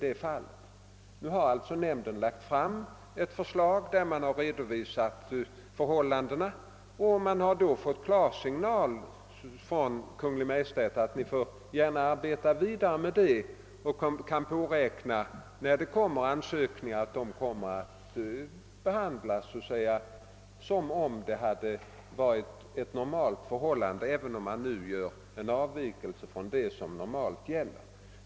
Nämnden har nu lagt fram ett förslag där man redovisat förhållandena. Man har sedan fått klarsignal från Kungl. Maj:t att arbeta vidare med detta förslag, vilket innebär att man kan påräkna att inkommande ansökningar kommer att behandlas på normalt sätt, även om man nu gör en avvikelse från den områdesindelning som normalt gäller.